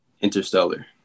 Interstellar